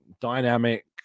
dynamic